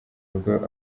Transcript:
rugo